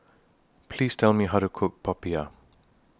Please Tell Me How to Cook Popiah